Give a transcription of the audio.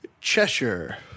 Cheshire